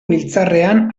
biltzarrean